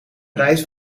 reis